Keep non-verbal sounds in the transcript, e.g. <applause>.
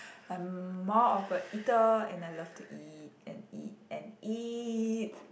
<noise> I'm more of a eater and I love to eat and eat and eat